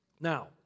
Now